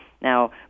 Now